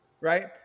right